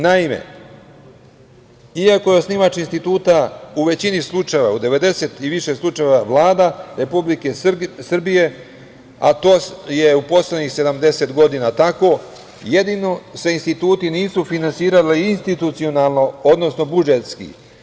Naime, iako je osnivač instituta u većini slučajeva, u 90 i više slučajeva, Vlada Republike Srbije, a to je u poslednjih 70 godina tako, jedino se instituti nisu finansirali institucionalno, odnosno budžetski.